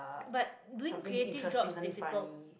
but doing creative job's difficult